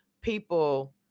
people